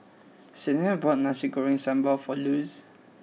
Sienna bought Nasi Goreng Sambal for Luz